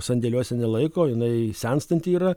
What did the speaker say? sandėliuose nelaiko jinai senstanti yra